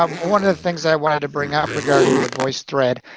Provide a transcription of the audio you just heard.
um one of the things i wanted to bring up regarding the voicethread,